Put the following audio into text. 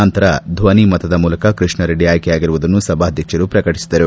ನಂತರ ಧ್ವನಿ ಮತದ ಮೂಲಕ ಕೃಷ್ಣಾರೆಡ್ಡಿ ಆಯ್ಕೆಯಾಗಿರುವುದನ್ನು ಸಭಾಧ್ಯಕ್ಷರು ಪ್ರಕಟಿಸಿದರು